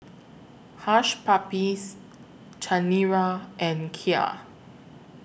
Hush Puppies Chanira and Kia